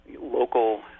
local